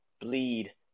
bleed